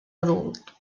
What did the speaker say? adult